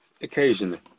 Occasionally